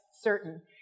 certain